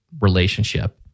relationship